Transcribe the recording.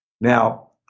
Now